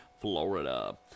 Florida